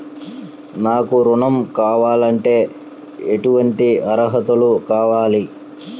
నాకు ఋణం కావాలంటే ఏటువంటి అర్హతలు కావాలి?